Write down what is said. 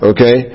Okay